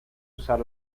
usar